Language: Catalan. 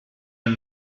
amb